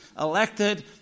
elected